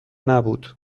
نبود